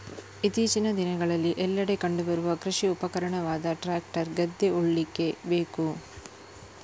ಇತ್ತೀಚಿನ ದಿನಗಳಲ್ಲಿ ಎಲ್ಲೆಡೆ ಕಂಡು ಬರುವ ಕೃಷಿ ಉಪಕರಣವಾದ ಟ್ರಾಕ್ಟರ್ ಗದ್ದೆ ಉಳ್ಳಿಕ್ಕೆ ಬೇಕು